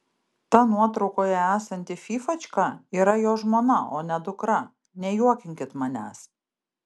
ta nuotraukoje esanti fyfačka yra jo žmona o ne dukra nejuokinkit manęs